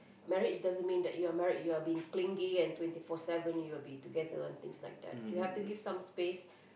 marriage does mean that you are married you are being clingy and twenty four seven you are be together and things like that you have to give some space